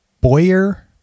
Boyer